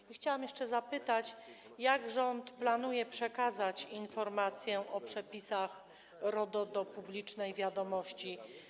I chciałam jeszcze zapytać: Jak rząd planuje przekazać informacje o przepisach RODO do publicznej wiadomości?